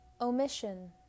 omission